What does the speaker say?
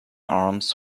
arms